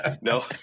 no